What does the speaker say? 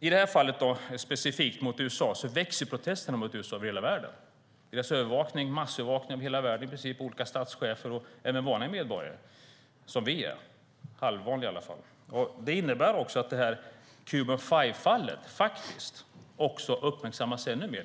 I detta fall, när det gäller USA specifikt, växer protesterna mot USA över hela världen. Det gäller deras massövervakning över i princip hela världen, olika statschefer och även vanliga medborgare som vi - halvvanliga i alla fall. Det innebär att detta "Cuban Five"-fall också uppmärksammas ännu mer.